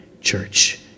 church